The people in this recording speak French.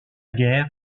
guerre